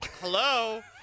Hello